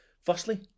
Firstly